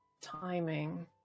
timing